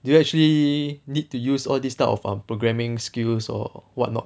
do you actually need to use all this type of um programming skills or whatnot